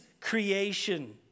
creation